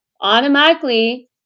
automatically